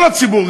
כל הציבור,